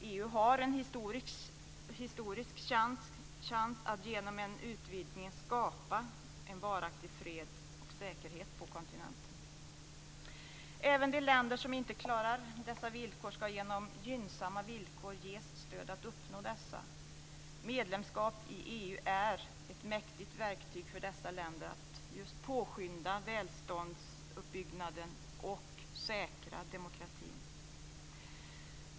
EU har en historisk chans att genom en utvidgning skapa en varaktig fred och säkerhet på kontinenten. Även de länder som inte klarar dessa villkor ska genom gynnsamma villkor ges stöd att uppnå dessa. Medlemskap i EU är ett mäktigt verktyg för dessa länder att påskynda välståndsuppbyggnaden och säkra demokratin.